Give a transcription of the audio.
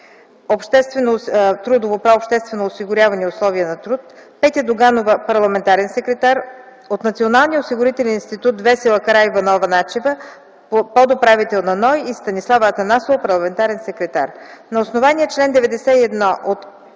„Трудово право, обществено осигуряване и условия на труд” и Петя Доганова - парламентарен секретар; от Националния осигурителен институт: Весела Караиванова-Начева, подуправител на НОИ, и Станислава Атанасова, парламентарен секретар. На основание чл. 91 от Кодекса